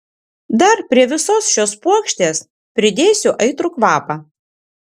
dar prie visos šios puokštės pridėsiu aitrų kvapą